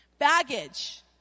baggage